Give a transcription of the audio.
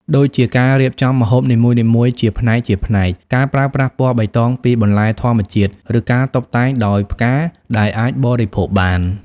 ដូចជាការរៀបចំម្ហូបនីមួយៗជាផ្នែកៗ ការប្រើប្រាស់ពណ៌បៃតងពីបន្លែធម្មជាតិ ឬការតុបតែងដោយផ្កាដែលអាចបរិភោគបាន។